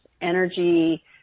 energy